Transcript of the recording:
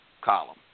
column